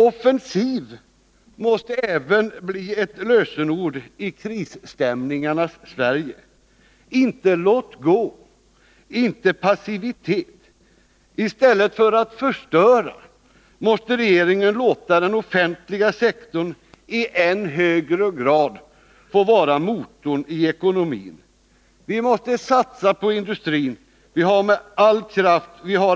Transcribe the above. Offensiv måste även bli ett lösenord i krisstämningarnas Sverige — inte låt-gå, inte passivitet. I stället för att förstöra den offentliga sektorn måste regeringen i än högre grad låta den få vara motorn i ekonomin. Vi måste satsa på industrin. Vi har